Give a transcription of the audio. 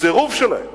הסירוב שלהם